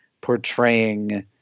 portraying